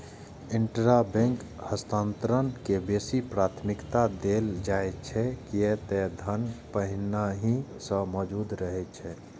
intrabank हस्तांतरण के बेसी प्राथमिकता देल जाइ छै, कियै ते धन पहिनहि सं मौजूद रहै छै